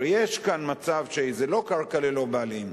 הרי יש כאן מצב שזה לא קרקע ללא בעלים,